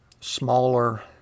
smaller